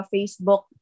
Facebook